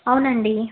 అవునండి